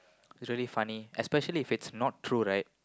it's really funny especially if it's not true right